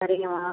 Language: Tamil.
சரிங்கம்மா